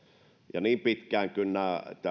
on niin pitkään kun tämä